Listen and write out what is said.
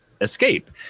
escape